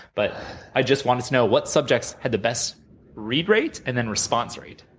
but i just wanted to know what subjects had the best read rate, and then, response rate.